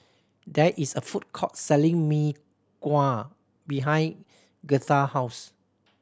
there is a food court selling Mee Kuah behind Girtha house